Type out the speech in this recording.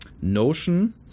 notion